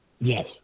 Yes